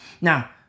Now